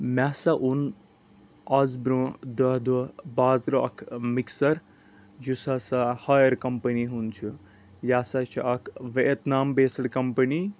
مےٚ ہسا اوٚن اَز برونٛہہ داہ دۄہ بازرٕ اکھ مِکسر یُس ہسا ہایر کمپنی ہُنٛد چُھ یہِ ہسا چھ اکھ ویتنام بیسڈ کمپنی